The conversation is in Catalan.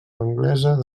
anglesa